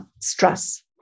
stress